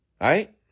right